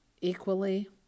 equally